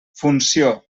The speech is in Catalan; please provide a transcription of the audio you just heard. funció